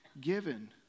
given